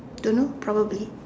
don't know probably